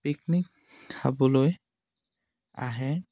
picnic খাবলৈ আহে